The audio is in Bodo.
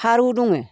फारौ दङ